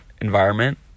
environment